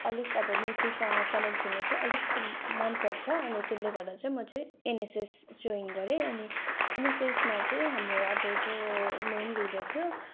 अलिक अब नेचरसँग कनेक्ट हुनु चाहिँ अलिक मनपर्छ अनि त्यसले गर्दा चाहिँ म चाहिँ एनएसएस ज्वाइन गरेँ अनि एनएसएसमा चाहिँ हाम्रो अब जो मेन लिडर थियो